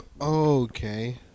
Okay